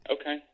Okay